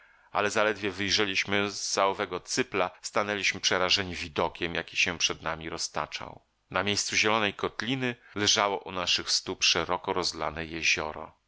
ale zaledwie wyjrzeliśmy z za owego cypla stanęliśmy przerażeni widokiem jaki się przed nami roztaczał na miejscu zielonej kotliny leżało u naszych stóp szeroko rozlane jezioro